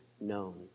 known